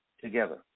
together